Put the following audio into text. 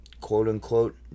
quote-unquote